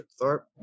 Tharp